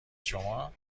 شما